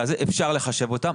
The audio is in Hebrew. אפשר לחשב אותם,